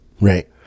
Right